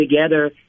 together